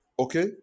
Okay